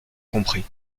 compris